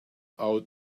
out